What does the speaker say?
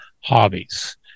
Hobbies